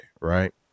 right